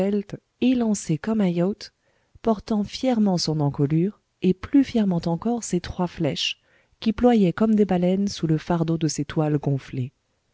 svelte élancé comme un yacht portant fièrement son encolure et plus fièrement encore ses trois flèches qui ployaient comme des baleines sous le fardeau de ses toiles gonflées